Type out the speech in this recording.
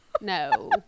no